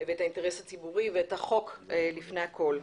ואת האינטרס הציבורי ואת החוק לפני הכול.